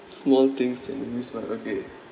small things that make me smile okay